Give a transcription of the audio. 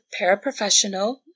paraprofessional